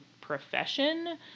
profession